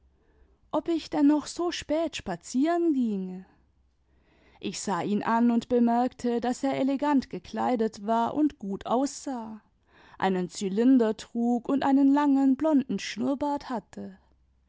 ob ich denn noch so spät spazieren ginge ich sah ihn an und bemerkte daß er elegant gekleidet war und gut aussah einen zylinder trug imd einen langen blonden schnurrbart hatte